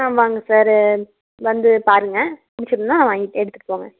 ஆ வாங்க சார் வந்து பாருங்கள் பிடிச்சிருந்தா வாங்கி எடுத்துகிட்டுப் போங்க